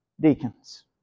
deacons